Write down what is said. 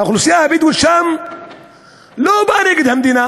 האוכלוסייה הבדואית שם לא באה נגד המדינה,